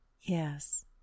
Yes